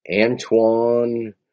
Antoine